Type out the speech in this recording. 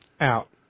Out